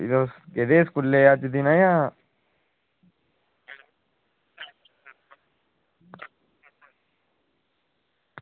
अज्ज गेदे स्कूलै गी जां